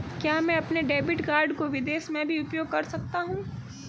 क्या मैं अपने डेबिट कार्ड को विदेश में भी उपयोग कर सकता हूं?